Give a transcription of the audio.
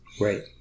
Right